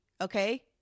okay